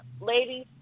Ladies